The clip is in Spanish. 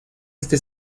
este